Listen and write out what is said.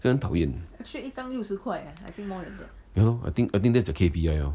很讨厌 leh ya lor I think that's the K_P_I orh